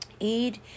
Aid